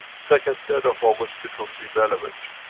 second, third of august becomes irrelevant.